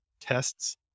tests